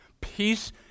peace